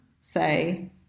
say